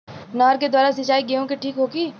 नहर के द्वारा सिंचाई गेहूँ के ठीक होखि?